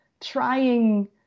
trying